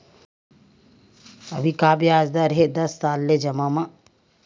अभी का ब्याज दर हवे दस साल ले जमा मा?